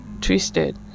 twisted